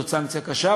זאת סנקציה קשה,